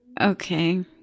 Okay